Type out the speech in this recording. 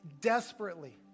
desperately